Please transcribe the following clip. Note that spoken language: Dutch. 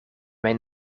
mijn